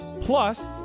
Plus